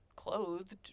Clothed